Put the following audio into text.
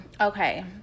okay